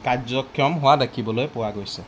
কাৰ্যক্ষম হোৱা দেখিবলৈ পোৱা গৈছে